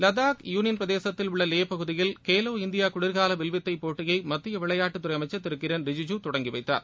லடாக் யூளியள் பிரதேசத்தில் உள்ள லே பகுதியில் கேலோ இந்தியா குளிர்கால வில்வித்தை போட்டியை மத்திய விளையாட்டுத்துறை அமைச்சர் திரு கிரண் ரிஜிஐூ தொடங்கி வைத்தார்